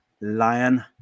Lion